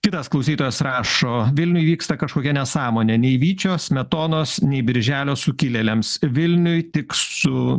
kitas klausytojas rašo vilniuj vyksta kažkokia nesąmonė nei vyčio smetonos nei birželio sukilėliams vilniuj tik su